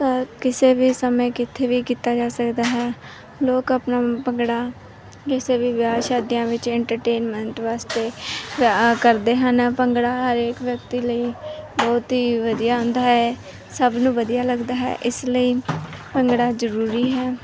ਕਿ ਕਿਸੇ ਵੀ ਸਮੇਂ ਕਿਤੇ ਵੀ ਕੀਤਾ ਜਾ ਸਕਦਾ ਹੈ ਲੋਕ ਆਪਣਾ ਭੰਗੜਾ ਕਿਸੇ ਵੀ ਵਿਆਹ ਸ਼ਾਦੀਆਂ ਵਿੱਚ ਇੰਟਰਟੇਂਨਮੇਂਟ ਵਾਸਤੇ ਕਰਦੇ ਹਨ ਭੰਗੜਾ ਹਰੇਕ ਵਿਅਕਤੀ ਲਈ ਬਹੁਤ ਹੀ ਵਧੀਆ ਹੁੰਦਾ ਹੈ ਸਭ ਨੂੰ ਵਧੀਆ ਲੱਗਦਾ ਹੈ ਇਸ ਲਈ ਭੰਗੜਾ ਜ਼ਰੂਰੀ ਹੈ